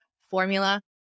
formula